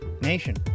nation